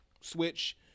switch